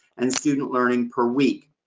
and student learning per week,